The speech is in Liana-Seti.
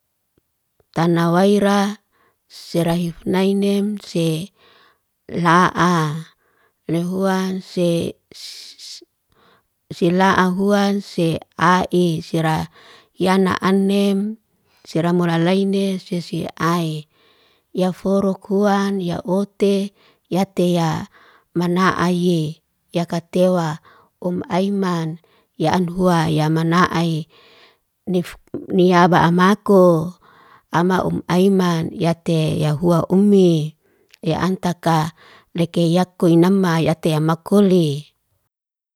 Tana waira, sirahif nainem, si la'a lihuwan, si si la'an huwan, si a'i, sira yana anem, sira mulalaine, si si a'i. Ya foro kuan, ya ote, yate ya mana'aye, ya katewa um'ayman, ya anhua, ya mana'ayi, nifniaba amako, ama um'ayman, yate ya huwa umi, ya antaka leke yako inama, yate ya makuli.